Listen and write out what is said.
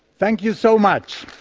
thank you so much.